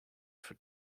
for